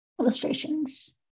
illustrations